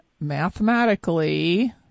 mathematically